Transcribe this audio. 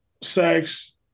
sex